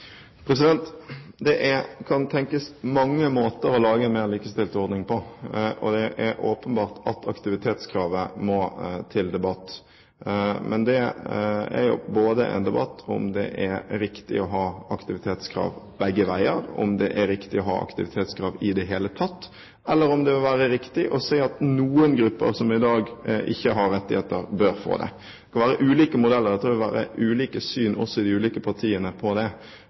ut foreldrepenger? Det kan tenkes mange måter å lage en mer likestilt ordning på. Det er åpenbart at aktivitetskravet må til debatt. Men det er en debatt om det er riktig å ha aktivitetskrav begge veier, om det er riktig å ha aktivitetskrav i det hele tatt, eller om det vil være riktig å si at noen grupper som i dag ikke har rettigheter, bør få det. Det kan være ulike modeller, og jeg tror det vil være ulike syn på dette, også i de ulike partiene her på